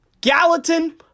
Gallatin